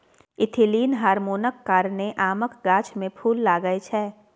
ethylene हार्मोनक कारणेँ आमक गाछ मे फुल लागय छै